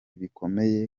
bikomeye